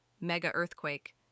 mega-earthquake